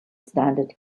standard